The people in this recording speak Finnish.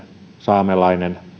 saamelainen